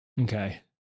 Okay